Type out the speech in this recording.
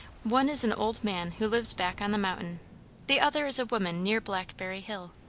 one is an old man who lives back on the mountain the other is a woman near blackberry hill.